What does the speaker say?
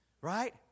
Right